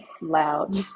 loud